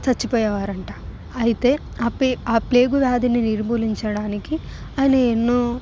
చచ్చిపోయే వారంట అయితే అపే ఆ ప్లేగు వ్యాధిని నిర్మూలించడానికి ఆయన ఎన్నో